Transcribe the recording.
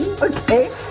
Okay